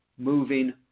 moving